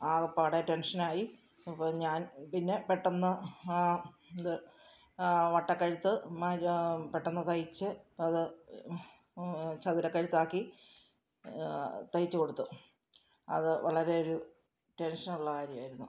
ആകപ്പാടെ ടെൻഷനായി അപ്പോൾ ഞാൻ പിന്നെ പെട്ടെന്ന് ഇത് ആ വട്ടക്കഴുത്ത് മാ പെട്ടെന്ന് തയ്ച്ച് അത് ചതുരക്കഴുത്താക്കി തയ്ച്ചു കൊടുത്തു അതു വളരെ ഒരു ടെൻഷനുള്ള കാര്യമായിരുന്നു